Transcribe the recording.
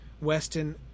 Weston